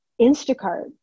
Instacart